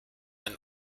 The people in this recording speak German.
ein